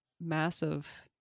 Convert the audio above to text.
massive